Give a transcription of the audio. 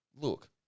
look